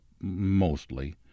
mostly